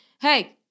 hey